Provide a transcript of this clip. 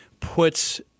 puts